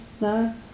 No